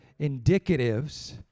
indicatives